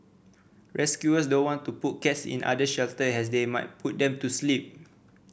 rescuers don't want to put cats in other shelters as they might put them to sleep